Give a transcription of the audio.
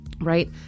right